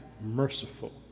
merciful